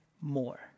more